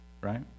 Right